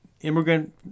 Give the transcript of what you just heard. immigrant